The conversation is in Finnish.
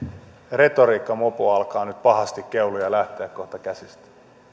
retoriikkamopo alkaa nyt pahasti keulia ja lähteä kohta käsistä